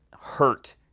hurt